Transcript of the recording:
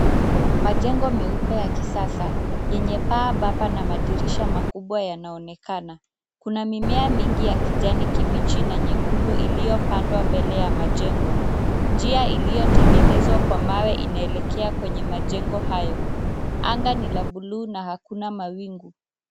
Majengo meupe ya kisasa, yenye paa bapa na madirisha makubwa yanaonekana, kuna mimea mingi ya kijani kibichi na nyekundu iliopandwa mbele ya majengo, njia iliotengenezwa kwa mawe inaelekea kwenye majengo hayo, anga ni la buluu na hakuna mawingu.